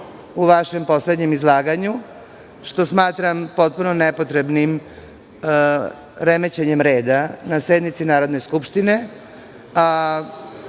u vašem poslednjem izlaganju, što smatram potpuno nepotrebnim remećenjem reda na sednici Narodne skupštine. Član